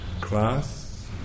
class